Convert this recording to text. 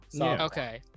Okay